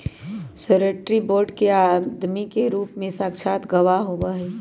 surety bond एक आदमी के रूप में साक्षात गवाह होबा हई